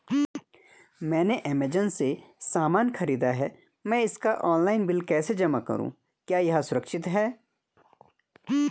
मैंने ऐमज़ान से सामान खरीदा है मैं इसका ऑनलाइन बिल कैसे जमा करूँ क्या यह सुरक्षित है?